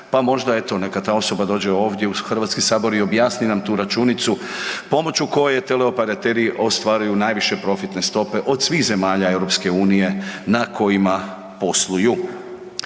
pa možda eto neka ta osoba dođe ovdje u HS i objasni nam tu računicu pomoću koje teleoperateri ostvaruju najviše profitne stope od svih zemalja EU na kojima posluju.